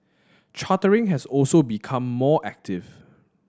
chartering has also become more active